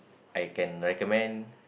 I can recommend